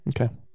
Okay